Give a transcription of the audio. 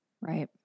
Right